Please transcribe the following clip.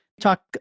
Talk